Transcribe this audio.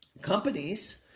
companies